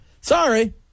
Sorry